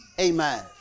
Amen